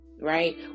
right